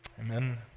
Amen